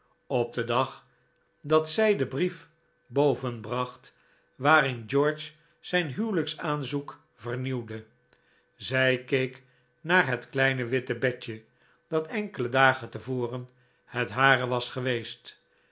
op den dag dat zij den brief boven bracht waarin george zijn huwelijksaanzoek vernieuwde zij keek naar het kleine wittebedje dat enkele dagen te voren het hare was geweest